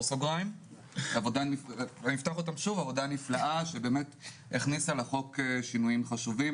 עבודה נפלאה, שבאמת הכניסה לחוק שינויים חשובים.